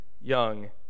young